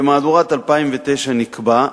במהדורת 2009 נקבע,